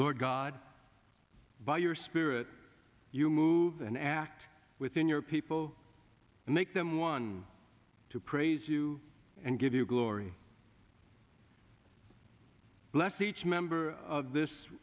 lord god by your spirit you move and act within your people and make them one to praise you and give you glory bless each member of this